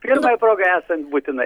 pirmai progai esant būtina